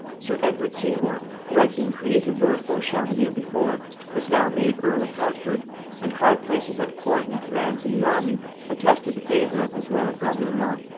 sir edward seymour, who had been created lord beauchamp the year before was now made earl of hertford and high places at court and commands in the army attested the favor of his royal brother-in-law.